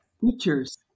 features